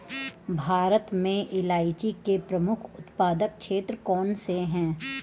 भारत में इलायची के प्रमुख उत्पादक क्षेत्र कौन से हैं?